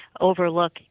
overlook